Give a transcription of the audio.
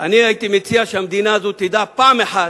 אני הייתי מציע שהמדינה הזאת תדע פעם אחת,